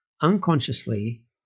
unconsciously